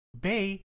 Bay